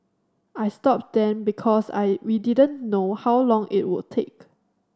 I stopped them because I we didn't know how long it would take